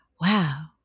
wow